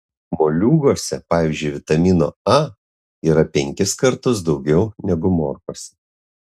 moliūguose pavyzdžiui vitamino a yra penkis kartus daugiau negu morkose